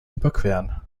überqueren